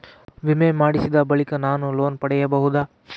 ವಿಮೆ ಮಾಡಿಸಿದ ಬಳಿಕ ನಾನು ಲೋನ್ ಪಡೆಯಬಹುದಾ?